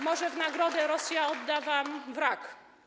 Może w nagrodę Rosja odda wam wrak.